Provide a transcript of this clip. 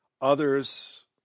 Others